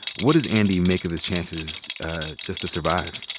what does andy make of his chances just to survive?